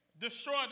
destroy